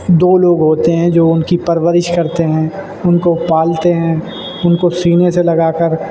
دو لوگ ہوتے ہیں جو ان کی پرورش کرتے ہیں ان کو پالتے ہیں ان کو سینے سے لگا کر